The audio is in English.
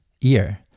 ear